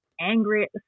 angry